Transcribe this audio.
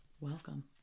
welcome